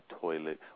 toilet